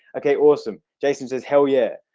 okay, awesome. jason says hell, yea,